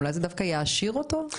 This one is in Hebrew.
אולי זה דווקא יעשיר אותו.